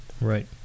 Right